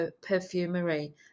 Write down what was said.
perfumery